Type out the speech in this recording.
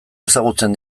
ezagutzen